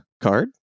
card